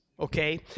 okay